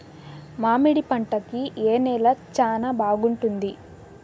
మామిడి పంట కి ఏ నేల చానా బాగుంటుంది